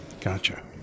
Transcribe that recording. Gotcha